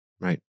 Right